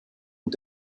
und